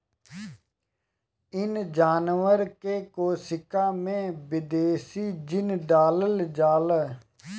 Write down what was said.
इ जानवर के कोशिका में विदेशी जीन डालल जाला